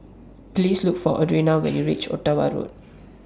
Please Look For Audriana when YOU REACH Ottawa Road